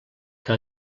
que